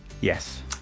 yes